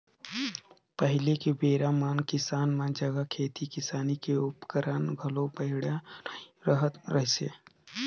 पहिली के बेरा म किसान मन जघा खेती किसानी के उपकरन घलो बड़िहा नइ रहत रहिसे